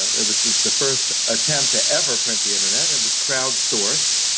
it was the the first attempt to ever print the internet. it was crowd-sourced,